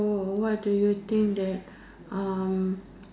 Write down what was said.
no what do you think that uh